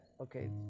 Okay